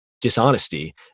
Dishonesty